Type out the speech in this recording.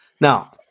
Now